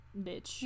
bitch